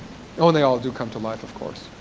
you know and they all do come to life of course.